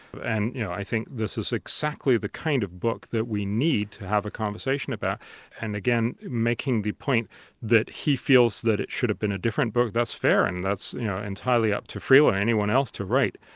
and you know i think this is exactly the kind of book that we need to have a conversation about and, again, making the point that he feels that it should have been a different book, that's fair and that's entirely up to friel or anyone else to write.